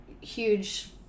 huge